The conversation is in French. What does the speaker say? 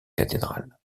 cathédrale